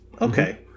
okay